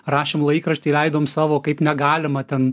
rašėm laikrašty leidom savo kaip negalima ten